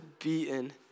beaten